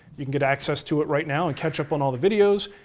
you can get access to it right now and catch up on all the videos.